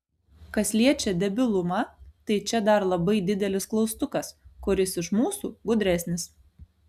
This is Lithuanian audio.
kas liečia debilumą tai čia dar labai didelis klaustukas kuris iš mūsų gudresnis